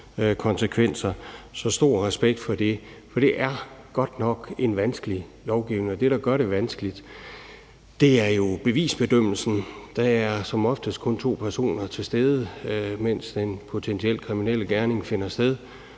konsekvenser. Så stor respekt for det. For det er godt nok en vanskelig lovgivning, og det, der gør det vanskeligt, er jo bevisbedømmelsen. Der er som oftest kun to personer til stede, mens den potentielt kriminelle gerning finder sted,